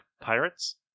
pirates